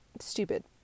stupid